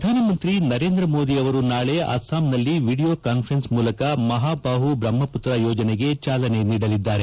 ಪ್ರಧಾನಮಂತ್ರಿ ನರೇಂದ್ರ ಮೋದಿ ನಾಳೆ ಅಸ್ಟಾಂನಲ್ಲಿ ವಿಡಿಯೊ ಕಾನ್ವರೆನ್ಸ್ ಮೂಲಕ ಮಹಾಬಾಹು ಬ್ರಹ್ಮಪುತ್ರ ಯೋಜನೆಗೆ ಚಾಲನೆ ನೀಡಲಿದ್ದಾರೆ